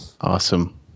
awesome